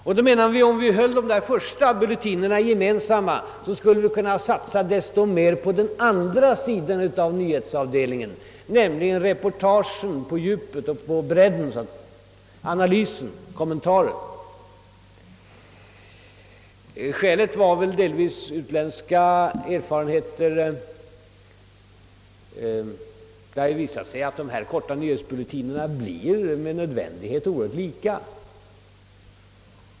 Om de första bulletinerna, som är ganska kostsamma, är gemensamma för de båda kanalerna, kan man satsa så mycket mer på den andra delen av nyhetsprogrammen, d. v. s. på reportage, på analyser och kommentarer. Ett av skälen till att vi valt den modellen är de utländska erfarenheterna. Det har ju visat sig att de korta nyhetsbulletinerna med nödvändighet blir mycket lika.